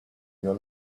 your